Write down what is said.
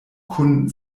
kun